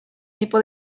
tipo